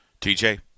TJ